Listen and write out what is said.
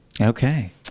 Okay